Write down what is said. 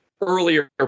earlier